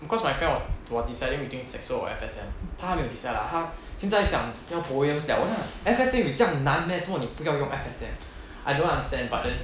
because my friend was was deciding between saxo or F_S_N 他还没有 decide lah 他现在想要 poem liao !huh! F_S_N 有这样难 meh 做么你不要用 F_S_N I don't understand but then